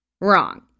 Wrong